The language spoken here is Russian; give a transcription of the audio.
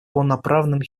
полноправным